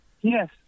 Yes